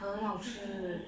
很好吃